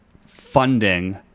funding